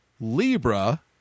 Libra